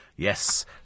Yes